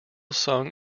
sung